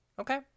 Okay